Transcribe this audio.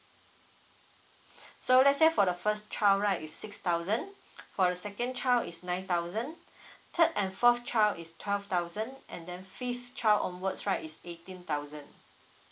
so let's say for the first child right is six thousand for the second child is nine thousand third and fourth child is twelve thousand and then fifth child onwards right is eighteen thousand